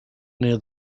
near